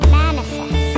manifest